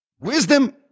wisdom